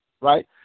right